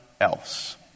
else